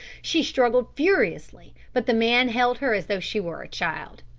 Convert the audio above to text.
she struggled furiously, but the man held her as though she were a child.